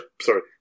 Sorry